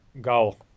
goal